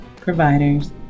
providers